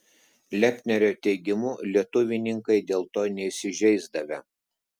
lepnerio teigimu lietuvininkai dėl to neįsižeisdavę